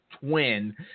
twin